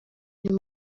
muri